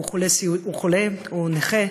הוא חולה, הוא נכה,